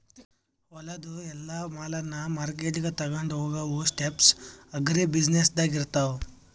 ಹೊಲದು ಎಲ್ಲಾ ಮಾಲನ್ನ ಮಾರ್ಕೆಟ್ಗ್ ತೊಗೊಂಡು ಹೋಗಾವು ಸ್ಟೆಪ್ಸ್ ಅಗ್ರಿ ಬ್ಯುಸಿನೆಸ್ದಾಗ್ ಇರ್ತಾವ